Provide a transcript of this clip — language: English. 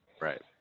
Right